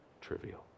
trivial